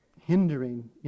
hindering